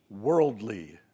worldly